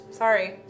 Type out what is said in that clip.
Sorry